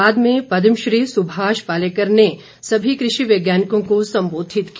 बाद में पदमश्री सुभाष पालेकर ने सभी कृषि वैज्ञानिकों को संबोधित किया